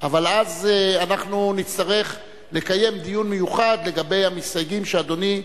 אבל אז נצטרך לקיים דיון מיוחד לגבי המסתייגים שאדוני,